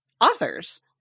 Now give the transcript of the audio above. authors